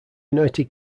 united